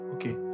Okay